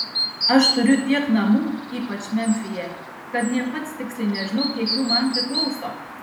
aš turiu tiek namų ypač memfyje kad nė pats tiksliai nežinau kiek jų man priklauso